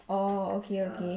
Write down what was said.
orh okay okay